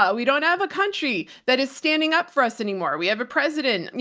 yeah we don't have a country that is standing up for us anymore. we have a president, you